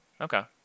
Okay